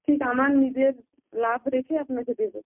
ঠিক আমার নিজের লাভ রেখে আপনাকে দেবো